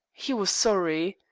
he was sorry.